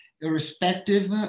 irrespective